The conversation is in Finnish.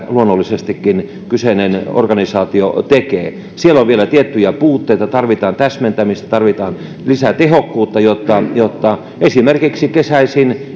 luonnollisestikin kyseinen organisaatio tekee siellä on vielä tiettyjä puutteita tarvitaan täsmentämistä tarvitaan lisää tehokkuutta jotta jotta esimerkiksi kesäisin